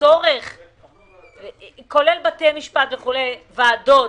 כולל בבתי המשפט ובוועדות,